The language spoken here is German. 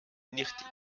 nichtig